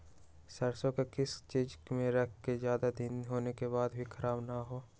सरसो को किस चीज में रखे की ज्यादा दिन होने के बाद भी ख़राब ना हो?